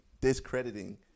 discrediting